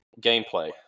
gameplay